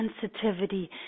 sensitivity